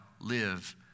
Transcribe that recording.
live